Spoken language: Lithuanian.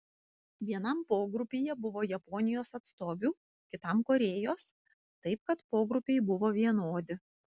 vienam pogrupyje buvo japonijos atstovių kitam korėjos taip kad pogrupiai buvo vienodi